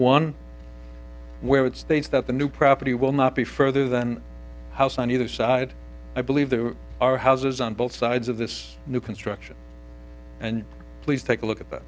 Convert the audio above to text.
one where it states that the new property will not be further than house on either side i believe there are houses on both sides of this new construction and please take a look at th